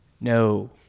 No